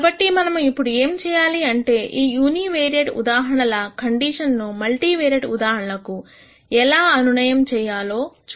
కాబట్టి మనము ఇప్పుడు ఏం చేయాలి అంటే ఈ యూని వేరియేట్ ఉదాహరణల కండిషన్స్ ను మల్టీ వేరియేట్ ఉదాహరణకు ఎలా అనునయం చేయాలో చూడాలి